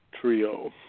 Trio